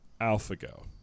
AlphaGo